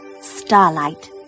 Starlight